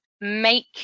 make